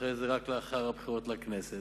ואחרי זה רק לאחר הבחירות לכנסת,